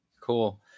Cool